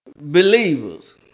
believers